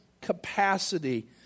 capacity